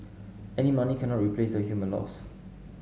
any money cannot replace the human loss